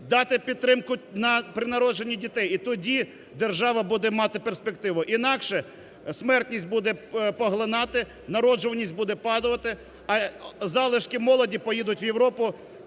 Дати підтримку при народженні дітей. І тоді держава буде мати перспективу. Інакше смертність буде поглинати, народжуваність буде падати, а залишки молоді поїдуть в Європу